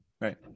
Right